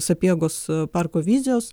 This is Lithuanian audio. sapiegos parko vizijos